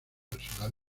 personal